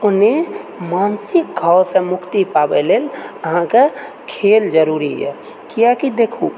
ओहिने मानसिक घावसँ मुक्ति पाबए लेल अहाँकेँ खेल जरूरी यऽ किआकि देखु